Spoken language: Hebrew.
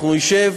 אנחנו נשב.